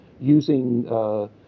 using